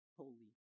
holy